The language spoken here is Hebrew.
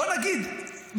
בוא נגיד,